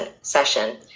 session